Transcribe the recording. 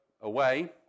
away